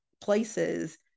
places